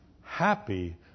Happy